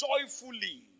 joyfully